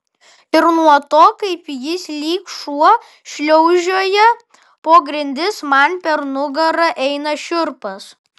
ir nuo to kaip jis lyg šuo šliaužioja po grindis man per nugarą eina šiurpas